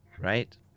Right